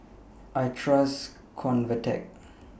I Trust Convatec